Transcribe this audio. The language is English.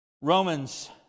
Romans